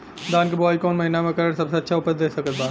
धान के बुआई कौन महीना मे करल सबसे अच्छा उपज दे सकत बा?